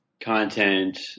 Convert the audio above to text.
content